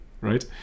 right